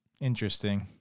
Interesting